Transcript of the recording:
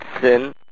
sin